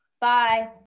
Bye